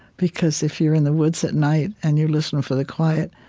because if you're in the woods at night and you listen for the quiet,